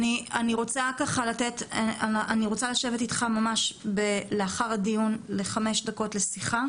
אני רוצה לשבת איתך לאחר הדיון לחמש דקות לשיחה.